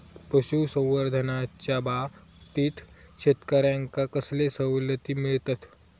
पशुसंवर्धनाच्याबाबतीत शेतकऱ्यांका कसले सवलती मिळतत?